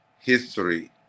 history